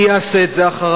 אני אעשה את זה אחריו,